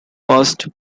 past